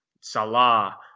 Salah